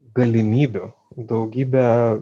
galimybių daugybę